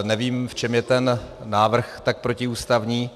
Nevím, v čem je ten návrh tak protiústavní.